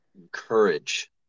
Encourage